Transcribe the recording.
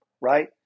right